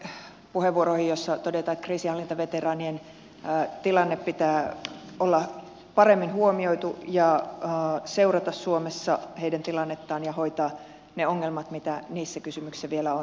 ilman muuta yhdyn näihin puheenvuoroihin joissa todetaan että kriisinhallintaveteraanien tilanteen pitää olla paremmin huomioitu ja seurata suomessa heidän tilannettaan ja hoitaa ne ongelmat mitä niissä kysymyksissä vielä on